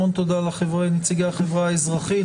המון תודה לנציגי החברה האזרחית,